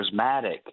charismatic